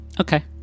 Okay